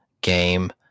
game